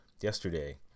yesterday